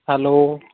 hello